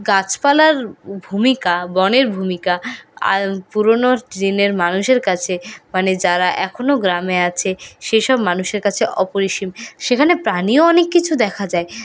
গাছপালার ভূমিকা বনের ভূমিকা পুরনো দিনের মানুষের কাছে মানে যারা এখনও গ্রামে আছে সেসব মানুষের কাছে অপরিসীম সেখানে প্রাণীও অনেককিছু দেখা যায়